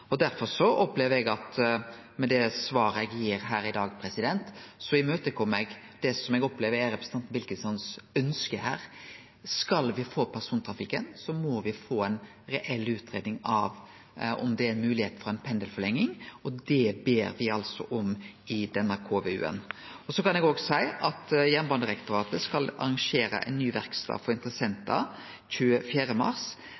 opplever eg at eg med det svaret eg gir her i dag, kjem i møte det som eg opplever er representanten Wilkinsons ønske her. Skal me få persontrafikk, må me få ei reell utgreiing av om det er mogleg med ei pendelforlenging. Det ber me altså om i den KVU-en. Eg kan òg seie at Jernbanedirektoratet skal arrangere ein ny verkstad for interessentar 24. mars,